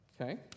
Okay